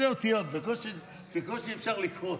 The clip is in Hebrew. תראה איזה אותיות, בקושי אפשר לקרוא.